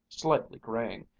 slightly graying,